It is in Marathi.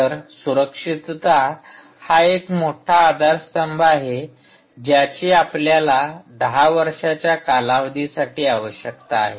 तर सुरक्षितता हा एक मोठा आधारस्तंभ आहे ज्याची आपल्याला दहा वर्षांच्या कालावधीसाठी आवश्यकता आहे